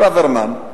ברוורמן,